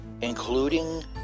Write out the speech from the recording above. including